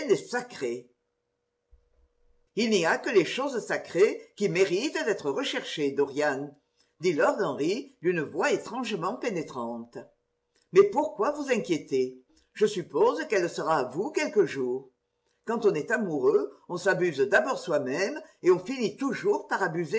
sacré il ny a que les choses sacrées qui méritent d'être recherchées dorian dit lord henry d'une voix étrangement pénétrante mais pourquoi vous inquiéter je suppose qu'elle sera à vous quelque jour quand on est amoureux on s'abuse d'abord soi-même et on finit toujours par